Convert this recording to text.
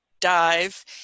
dive